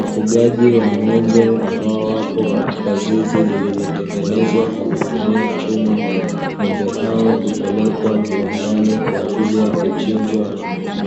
Ufugaji wa ng'ombe ambao wapo katika zizi lililotengenezwa kwa kutumia chuma, ng'ombe hao hupelekwa viwandani kwa ajili ya kuchinjwa